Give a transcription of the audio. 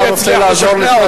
אולי הוא יצליח לשכנע אותו.